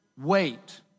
wait